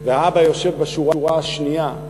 והאבא יושב בשורה השנייה,